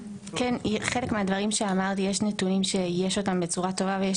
חלק מהדברים שאמרת יש נתונים שיש אותם בצורה טובה ויש